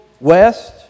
west